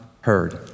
heard